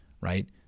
right